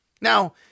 Now